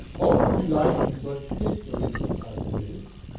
all who delight in such histories as this,